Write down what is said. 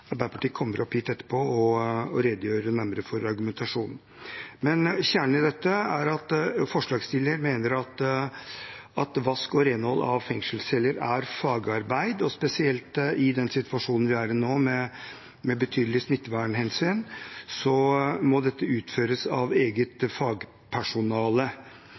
Arbeiderpartiet kommer opp hit etterpå og redegjør nærmere for argumentasjonen. Kjernen i dette er at forslagsstillerne mener at vask og renhold av fengselsceller er fagarbeid. Spesielt i den situasjonen vi er i nå, med betydelig smittevernhensyn, må dette uføres av eget fagpersonale.